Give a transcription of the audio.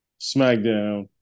SmackDown